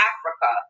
Africa